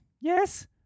Yes